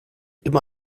immer